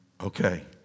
Okay